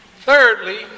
Thirdly